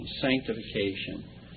sanctification